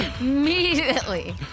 Immediately